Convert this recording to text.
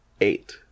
Eight